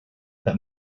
that